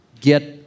get